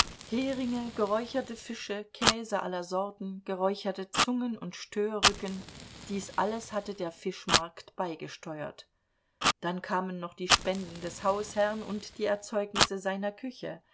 heringe geräucherte fische käse aller sorten geräucherte zungen und störrücken dies alles hatte der fischmarkt beigesteuert dann kamen noch die spenden des hausherrn und die erzeugnisse seiner küche